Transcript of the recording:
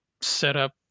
setup